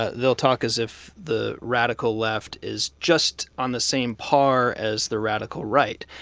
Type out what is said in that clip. ah they'll talk as if the radical left is just on the same par as the radical right.